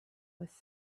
was